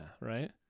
right